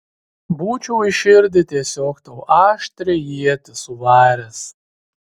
būčiau į širdį tiesiog tau aštrią ietį suvaręs